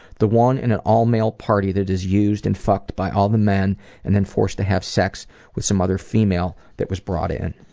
the one at and an all-male party that is used and fucked by all the men and then forced to have sex with some other female that was brought in.